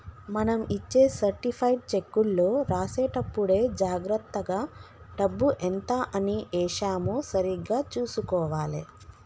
మనం ఇచ్చే సర్టిఫైడ్ చెక్కులో రాసేటప్పుడే జాగర్తగా డబ్బు ఎంత అని ఏశామో సరిగ్గా చుసుకోవాలే